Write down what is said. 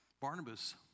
Barnabas